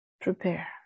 Prepare